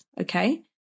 Okay